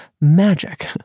magic